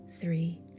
three